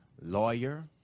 lawyer